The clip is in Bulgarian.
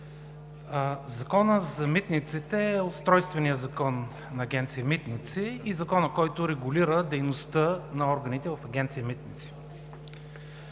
Законът за митниците е устройственият закон на Агенция „Митници“ и законът, който регулира дейността на органите в Агенция „Митници“.